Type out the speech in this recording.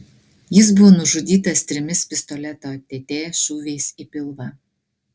jis buvo nužudytas trimis pistoleto tt šūviais į pilvą